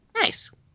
nice